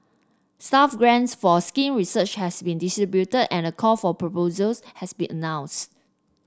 staff grants for skin research has been distributed and a call for proposals has been announce